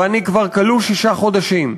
ואני כלוא כבר שישה חודשים.